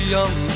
Young